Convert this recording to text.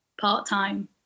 part-time